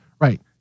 Right